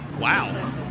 Wow